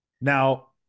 Now